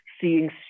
seeing